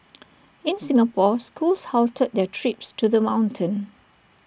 in Singapore schools halted their trips to the mountain